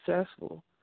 successful